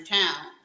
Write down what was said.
town